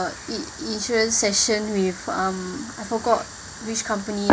in~ insurance session with um I forgot which company